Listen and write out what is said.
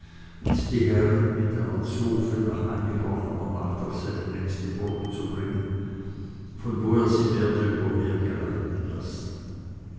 und die herrin mit einer zofe nach eingebrochener nacht auf seine nächste burg zu bringen von wo er sie werde über meer geleiten lassen